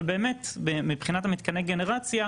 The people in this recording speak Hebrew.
אבל באמת מבחינת מתקני הגנרציה,